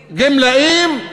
גמלאים,